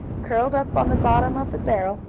curled up on the bottom of the barrel,